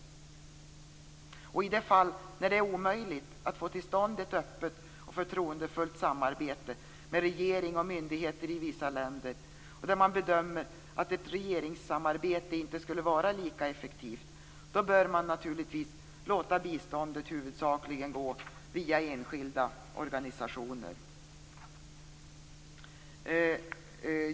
I de fall där det är omöjligt att få till stånd ett öppet och förtroendefullt samarbete med regering och myndigheter i vissa länder, och där man bedömer att ett regeringssamarbete inte skulle vara lika effektivt, bör man naturligtvis låta biståndet huvudsakligen gå via enskilda organisationer.